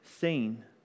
seen